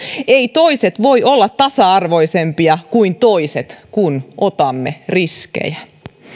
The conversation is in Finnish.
eivät toiset voi olla tasa arvoisempia kuin toiset kun otamme riskejä